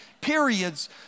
periods